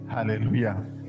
Hallelujah